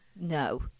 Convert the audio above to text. no